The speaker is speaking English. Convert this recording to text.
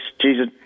Jesus